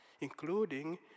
including